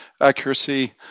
accuracy